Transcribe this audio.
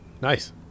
Nice